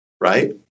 right